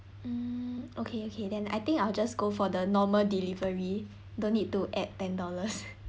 mm okay okay then I think I'll just go for the normal delivery don't need to add ten dollars